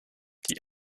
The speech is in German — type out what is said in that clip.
die